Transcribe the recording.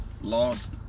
lost